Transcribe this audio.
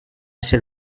ésser